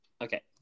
okay